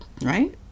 Right